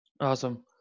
Awesome